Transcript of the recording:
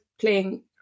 playing